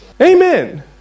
Amen